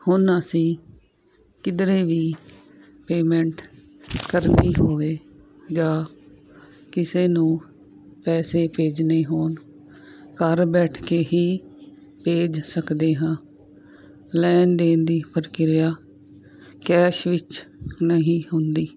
ਹੁਣ ਅਸੀਂ ਕਿਧਰੇ ਵੀ ਪੇਮੈਂਟ ਕਰਨੀ ਹੋਵੇ ਜਾਂ ਕਿਸੇ ਨੂੰ ਪੈਸੇ ਭੇਜਣੇ ਹੋਣ ਘਰ ਬੈਠ ਕੇ ਹੀ ਭੇਜ ਸਕਦੇ ਹਾਂ ਲੈਣ ਦੇਣ ਦੀ ਪ੍ਰਕਿਰਿਆ ਕੈਸ਼ ਵਿੱਚ ਨਹੀਂ ਹੁੰਦੀ